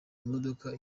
imodoka